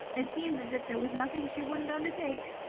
it seems as if there was nothing she wouldn't undertake.